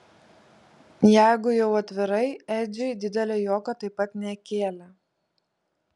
jeigu jau atvirai edžiui didelio juoko taip pat nekėlė